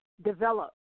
develop